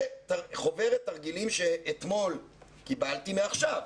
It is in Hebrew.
זה חוברת תרגילים שאתמול קיבלתי, מעכשיו,